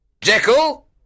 Jekyll